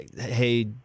hey